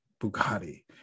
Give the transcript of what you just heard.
Bugatti